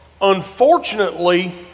unfortunately